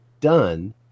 done